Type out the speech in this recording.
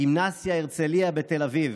הגימנסיה הרצליה בתל אביב,